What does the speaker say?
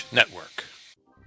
Network